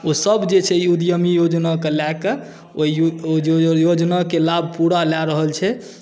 ओसभ जे छै ई उद्यमी योजनाके लए कऽ ओ योजनाके लाभ पूरा लए रहल छै